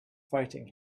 fighting